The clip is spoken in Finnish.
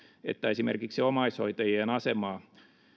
että esimerkiksi omaishoitajien asemaa